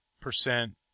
percent